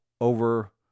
over